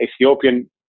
Ethiopian